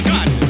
God